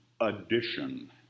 addition